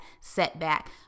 setback